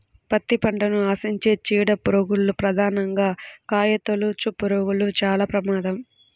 పత్తి పంటను ఆశించే చీడ పురుగుల్లో ప్రధానంగా కాయతొలుచుపురుగులు చాలా ప్రమాదం